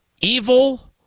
evil